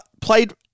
played